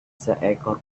seekor